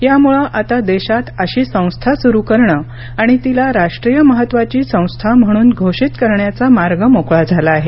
यामुळे आता देशात अशी संस्था सुरू करणं आणि तिला राष्ट्रीय महत्त्वाची संस्था म्हणून घोषित करण्याचा मार्ग मोकळा झाला आहे